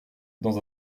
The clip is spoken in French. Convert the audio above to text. dans